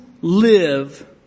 live